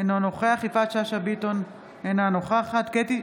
אינו נוכח יפעת שאשא ביטון, אינה נוכחת קטי